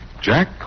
Jack